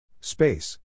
Space